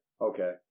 okay